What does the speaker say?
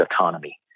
autonomy